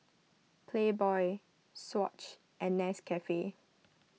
Playboy Swatch and Nescafe